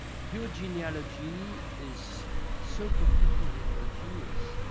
your genealogy is so completely heterogeneous,